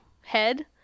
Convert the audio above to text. head